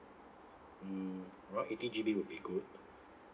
mm around eighty G_B would be good